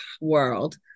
world